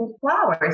flowers